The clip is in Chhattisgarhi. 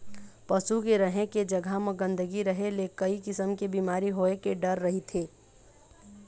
पशु के रहें के जघा म गंदगी रहे ले कइ किसम के बिमारी होए के डर रहिथे